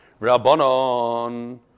Rabbanon